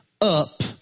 up